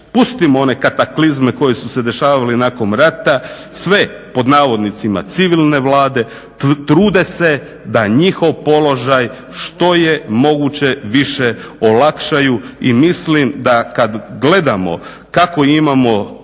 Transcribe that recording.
pustimo one kataklizme koje su se dešavale nakon rata, sve, pod navodnicima, civilne vlade trude se da njihov položaj što je moguće više olakšaju i mislim da kad gledamo kako imamo